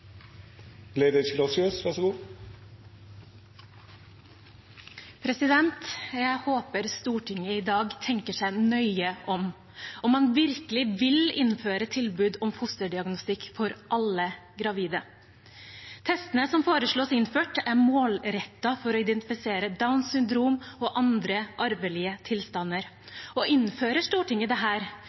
Jeg håper Stortinget i dag tenker seg nøye om, om man virkelig vil innføre tilbud om fosterdiagnostikk for alle gravide. Testene som foreslås innført, er målrettet for å identifisere Downs syndrom og andre arvelige tilstander, og innfører Stortinget dette, vil det